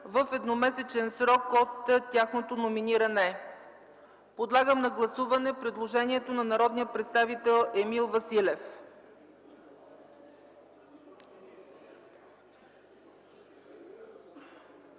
в едномесечен срок от тяхното номиниране.” Подлагам на гласуване предложението на народния представител Емил Василев.